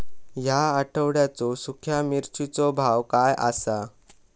या आठवड्याचो सुख्या मिर्चीचो भाव काय आसा?